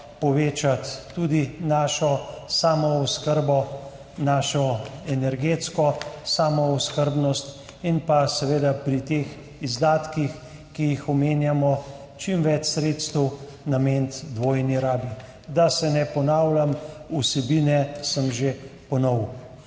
povečati tudi svojo samooskrbo, svojo energetsko samooskrbnost in pa seveda pri teh izdatkih, ki jih omenjamo, čim več sredstev nameniti dvojni rabi. Da se ne ponavljam, vsebine sem že ponovil,